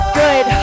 good